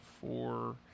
four